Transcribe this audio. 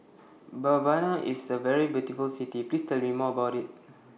Mbabana IS A very beautiful City Please Tell Me More about IT